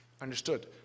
Understood